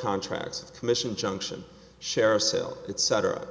contracts commission junction share or sell it cetera